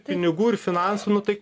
pinigų ir finansų nu tai